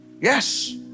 Yes